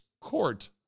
Court